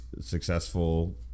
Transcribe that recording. successful